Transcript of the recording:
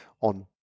on